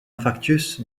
infarctus